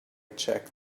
checked